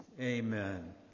Amen